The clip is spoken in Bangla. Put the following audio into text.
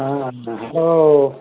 হ্যাঁ হ্যালো